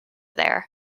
there